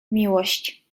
miłość